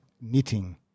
knitting